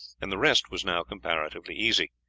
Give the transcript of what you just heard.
and the rest was now comparatively easy.